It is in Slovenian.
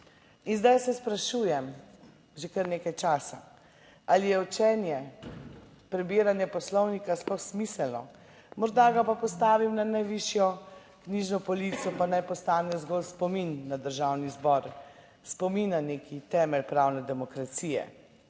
In zdaj se sprašujem že kar nekaj časa, ali je učenje, prebiranja Poslovnika sploh smiselno. Morda ga pa postavim na najvišjo knjižno polico, pa naj postane zgolj spomin na Državni zbor, spomin na neki temelj pravne demokracije,